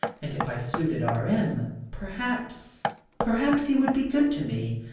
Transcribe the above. and if i suited r m perhaps perhaps, he would be good to me.